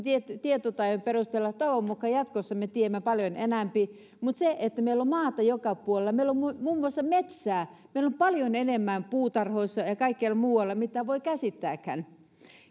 tietotaidon perusteella ja toivon mukaan jatkossa me tiedämme paljon enempi mutta meillä on maata joka puolella meillä on muun muassa metsää ja meillä on paljon enemmän puutarhoissa ja ja kaikkialla muualla kuin voi käsittääkään